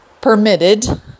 permitted